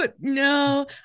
no